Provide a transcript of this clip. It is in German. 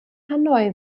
hanoi